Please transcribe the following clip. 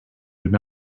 would